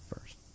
first